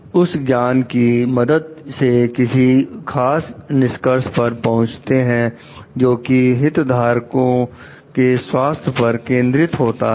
उस ज्ञान की मदद से किसी खास निष्कर्ष पर पहुंचते हैं जो कि हित धारको के स्वास्थ्य पर केंद्रित होता है